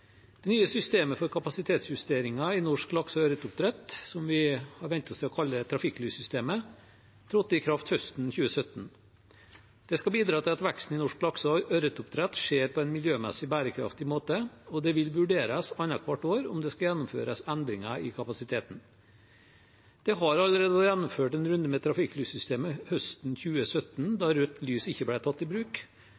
Det nye systemet for kapasitetsjusteringer i norsk lakse- og ørretoppdrett, som vi har vent oss til å kalle trafikklyssystemet, trådte i kraft høsten 2017. Det skal bidra til at veksten i norsk lakse- og ørretoppdrett skjer på en miljømessig bærekraftig måte, og det vil vurderes annethvert år om det skal gjennomføres endringer i kapasiteten. Det har allerede vært gjennomført en runde med trafikklyssystemet høsten 2017,